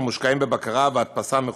המושקעים בבקרה והדפסה מחודשת.